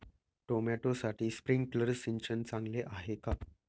टोमॅटोसाठी स्प्रिंकलर सिंचन चांगले आहे का?